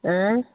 आँय